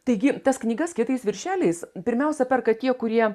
taigi tas knygas kietais viršeliais pirmiausia perka tie kurie